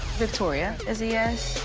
victoria is a yes.